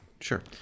Sure